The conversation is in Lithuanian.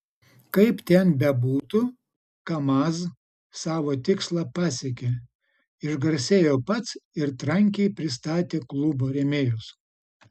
kaip ten bebūtų kamaz savo tikslą pasiekė išgarsėjo pats ir trankiai pristatė klubo rėmėjus